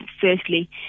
firstly